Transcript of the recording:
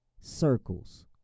circles